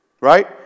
Right